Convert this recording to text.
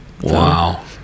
wow